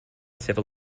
civil